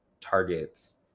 targets